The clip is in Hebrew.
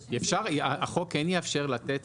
החוק כן יאפשר לתת